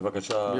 בבקשה, יוראי.